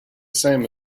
same